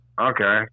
okay